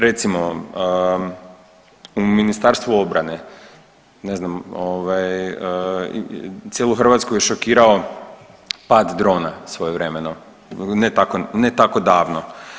Recimo u Ministarstvu obrane, ne znam cijelu Hrvatsku je šokirao pad drona svojevremeno ne tako davno.